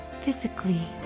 physically